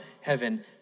heaven